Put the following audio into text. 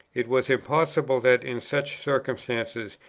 it was impossible that, in such circumstances,